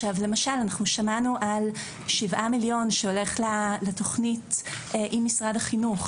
למשל אנחנו שמענו על שבעה מיליון שהולך לתכנית עם משרד החינוך,